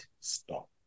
stop